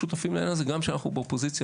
גם מהאופוזיציה,